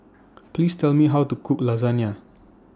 Please Tell Me How to Cook Lasagna